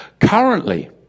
Currently